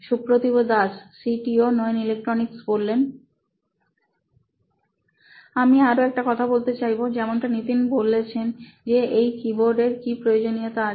Supratibh Das C T O নোইন electronics আমি আরও একটা কথা বলতে চাইব যেমনটা নিতিন বলেছেন যে এই কীবোর্ড এর কি প্রয়োজনীয়তা আছে